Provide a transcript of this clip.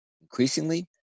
Increasingly